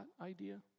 idea